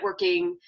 networking